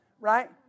right